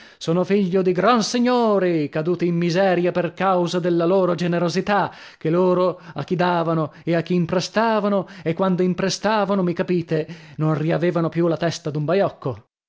sono figlio di gran signori caduti in miseria per causa della loro generosità che loro a chi davano e a chi imprestavano e quando imprestavano mi capite non riavevano più la testa d'un baiocco